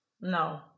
No